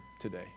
today